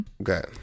Okay